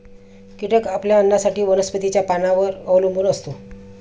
कीटक आपल्या अन्नासाठी वनस्पतींच्या पानांवर अवलंबून असतो